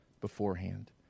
beforehand